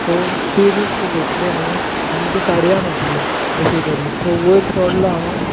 so ती risk घेतली हाये आनी ती काडया म्हटली कशी तरी सो वयर चडलो हांव